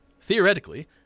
theoretically